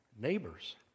neighbors